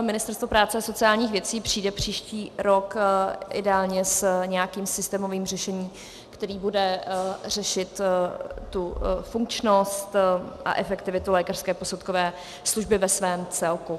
Ministerstvo práce a sociálních věcí přijde příští rok ideálně s nějakým systémovým řešením, které bude řešit funkčnost a efektivitu lékařské posudkové služby v jejím celku.